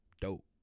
dope